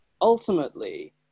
ultimately